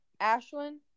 Ashlyn